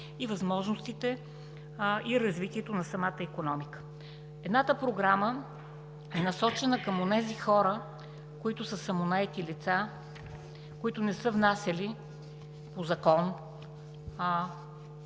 и възможностите, и развитието на самата икономика. Едната програма е насочена към онези хора, които са самонаети лица, които не са внасяли по закон